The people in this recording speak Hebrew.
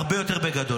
הרבה יותר בגדול.